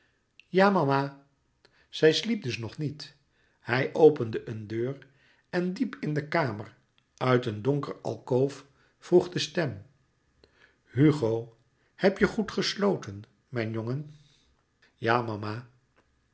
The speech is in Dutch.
ja mama zij sliep dus nog niet hij opende een deur en diep in de kamer uit een donker alkoof vroeg de stem hugo heb je goed gesloten mijn jongen ja mama